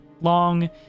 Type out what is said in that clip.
long